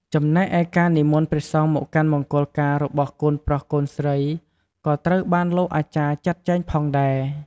ចំណែកឯការនិមន្តព្រះសង្ឃមកកាន់មង្គលការរបស់កូនប្រុសកូនស្រី ក៏ត្រូវបានលោកអាចារ្យចាក់ចែងផងដែរ។